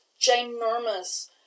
ginormous